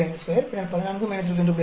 52 பின்னர் 14 22